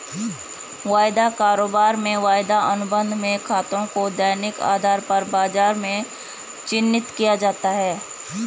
वायदा कारोबार में वायदा अनुबंध में खातों को दैनिक आधार पर बाजार में चिन्हित किया जाता है